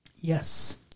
Yes